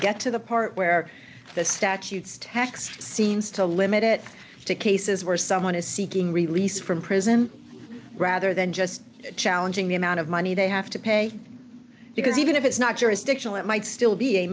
get to the part where the statutes tax seems to limit it to cases where someone is seeking release from prison rather than just challenging the amount of money they have to pay because even if it's not jurisdictional it might still be a